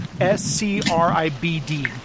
S-C-R-I-B-D